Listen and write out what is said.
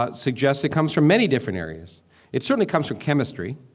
but suggests it comes from many different areas it certainly comes from chemistry,